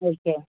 okay